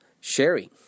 sharing